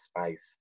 space